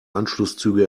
anschlusszüge